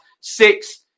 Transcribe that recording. six